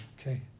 Okay